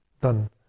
done